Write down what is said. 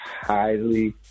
highly